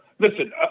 Listen